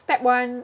step one